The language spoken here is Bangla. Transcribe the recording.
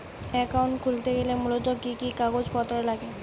অ্যাকাউন্ট খুলতে গেলে মূলত কি কি কাগজপত্র লাগে?